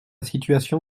situation